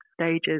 stages